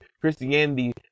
Christianity